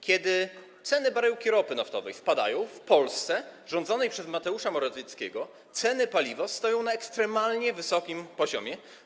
Kiedy ceny baryłki ropy naftowej spadają, w Polsce rządzonej przez Mateusza Morawieckiego ceny paliwa stoją na ekstremalnie wysokim poziomie.